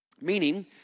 Meaning